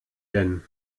denn